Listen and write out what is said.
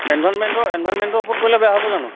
environment এনভাইৰনমেণ্টৰ ওপৰত কৰিলে বেয়া হ'ব জানোঁ